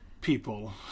people